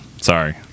Sorry